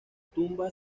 tumba